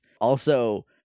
Also-